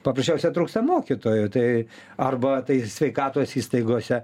paprasčiausia trūksta mokytojų tai arba tai sveikatos įstaigose